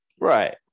Right